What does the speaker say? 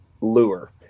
lure